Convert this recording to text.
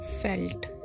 felt